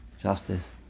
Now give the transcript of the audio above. Justice